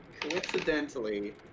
coincidentally